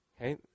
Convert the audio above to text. Okay